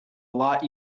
lot